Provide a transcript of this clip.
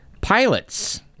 Pilots